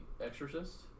exorcist